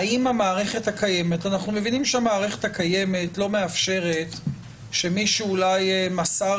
אנחנו מבינים שהמערכת הקיימת לא מאפשרת שמישהו אולי מסר